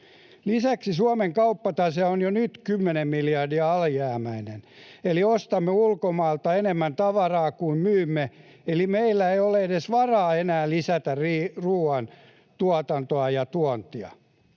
Lisäksi Suomen kauppatase on jo nyt 10 miljardia alijäämäinen, eli ostamme ulkomailta enemmän tavaraa kuin myymme, eli meillä ei ole edes varaa enää lisätä ruuan tuotantoa ja tuontia.